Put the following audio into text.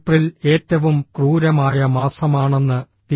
April ഏറ്റവും ക്രൂരമായ മാസമാണെന്ന് ടി